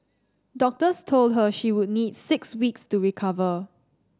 doctors told her she would need six weeks to recover